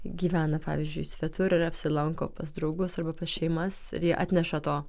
gyvena pavyzdžiui svetur ir apsilanko pas draugus arba pas šeimas ir jie atneša to